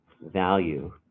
value